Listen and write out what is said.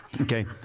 Okay